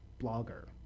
blogger